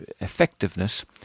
effectiveness